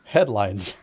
Headlines